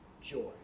joy